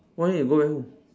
why need go back home